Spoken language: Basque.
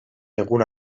egun